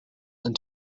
and